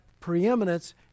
preeminence